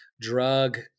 drug